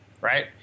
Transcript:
right